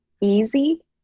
easy